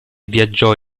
viaggiò